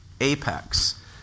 apex